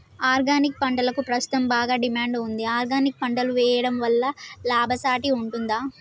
Organic పంటలకు ప్రస్తుతం బాగా డిమాండ్ ఉంది ఆర్గానిక్ పంటలు వేయడం వల్ల లాభసాటి ఉంటుందా?